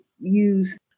use